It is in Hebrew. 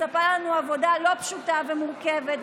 מצפה לנו עבודה לא פשוטה ומורכבת,